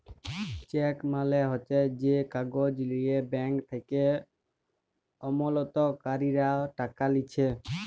check মালে হচ্যে যে কাগজ লিয়ে ব্যাঙ্ক থেক্যে আমালতকারীরা টাকা লিছে